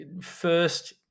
first